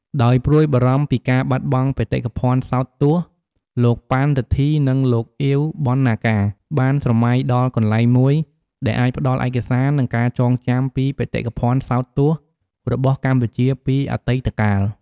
ដោយព្រួយបារម្ភពីការបាត់បង់បេតិភណ្ឌសោតទស្សន៍ លោកប៉ាន់ រិទ្ធី និង លោកអៀវ បណ្ណាការ បានស្រមៃដល់កន្លែងមួយដែលអាចផ្ដល់ឯកសារ និងការចងចាំពីបេតិកភណ្ឌសោតទស្សន៍របស់កម្ពុជាពីអតីតកាល។